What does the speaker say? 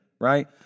Right